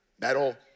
metal